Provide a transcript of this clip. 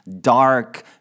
dark